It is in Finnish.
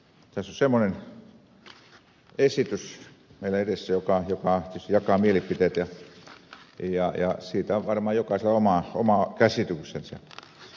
tässä on semmoinen esitys meillä edessä joka tietysti jakaa mielipiteitä ja siitä on varmaan jokaisella oma käsityksensä